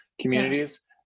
communities